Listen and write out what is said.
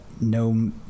no